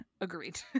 Agreed